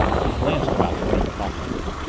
he glanced about the room cautiously.